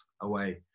away